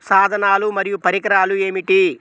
సాధనాలు మరియు పరికరాలు ఏమిటీ?